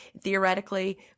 Theoretically